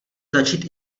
začít